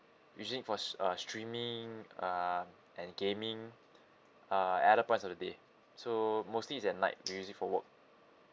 using for uh streaming uh and gaming uh other parts of the day so mostly is at night we use it for work